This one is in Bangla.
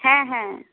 হ্যাঁ হ্যাঁ